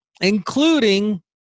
including